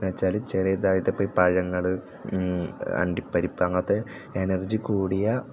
എന്നുവെച്ചാൽ ചെറിയതായിട്ടിപ്പം ഈ പഴങ്ങൾ അണ്ടിപ്പരിപ്പ് അങ്ങനത്തെ എനർജി കൂടിയ